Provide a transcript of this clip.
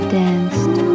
danced